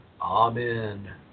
Amen